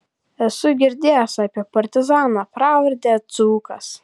esu girdėjęs apie partizaną pravarde dzūkas